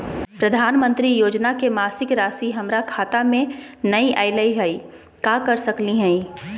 प्रधानमंत्री योजना के मासिक रासि हमरा खाता में नई आइलई हई, का कर सकली हई?